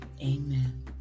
Amen